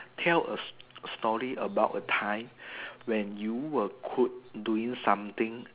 tell a story about a time when you're could doing something